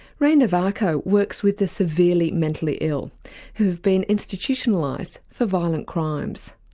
ray novaco works with the severely mentally ill who have been institutionalised for violent crimes.